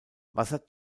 wasser